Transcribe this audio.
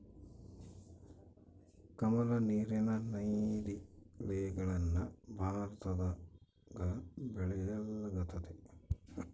ಕಮಲ, ನೀರಿನ ನೈದಿಲೆಗಳನ್ನ ಭಾರತದಗ ಬೆಳೆಯಲ್ಗತತೆ